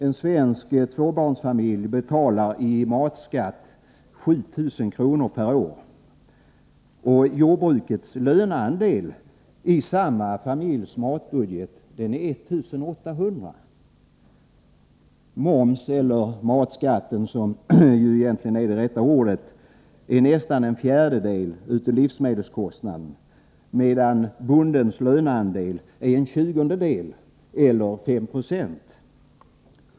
En svensk tvåbarnsfamilj betalar i matskatt 7000 kr. per år. Jordbrukets löneandel i samma familjs matbudget är 1800 kr. Momsen - eller matskatten, som ju egentligen är det rätta ordet — utgör nästan en fjärdedel av livsmedelskostnaderna, medan bondens löneandel är en tjugondedel eller 5 96.